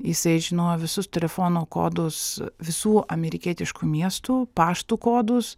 jisai žinojo visus telefono kodus visų amerikietiškų miestų pašto kodus